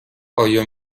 آیا